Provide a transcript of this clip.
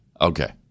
Okay